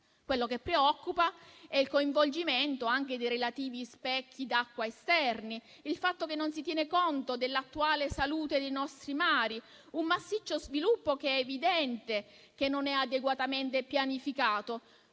Quello che preoccupa è il coinvolgimento anche dei relativi specchi d'acqua esterni, il fatto che non si tiene conto dell'attuale salute dei nostri mari, un massiccio sviluppo che è evidente non sia adeguatamente pianificato.